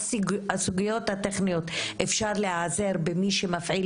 הסוגיות הטכניות אפשר להיעזר במי שמפעיל